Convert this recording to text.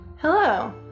Hello